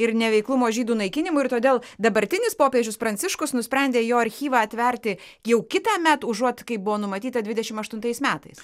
ir neveiklumo žydų naikinimui ir todėl dabartinis popiežius pranciškus nusprendė jo archyvą atverti jau kitąmet užuot kaip buvo numatyta dvidešim aštuntais metais